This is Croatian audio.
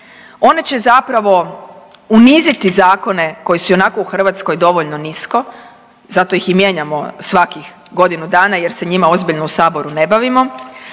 One će zapravo uniziti zakone koji su ionako u Hrvatskoj dovoljno nisko zato ih i mijenjamo svakih godinu dana jer se njima ozbiljno u Saboru ne bavimo,